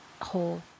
whole